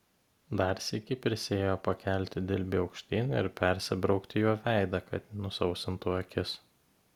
dar sykį prisiėjo pakelti dilbį aukštyn ir persibraukti juo veidą kad nusausintų akis